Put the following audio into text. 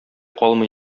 калмый